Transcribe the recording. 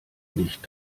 nicht